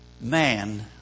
man